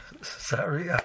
Sorry